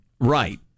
Right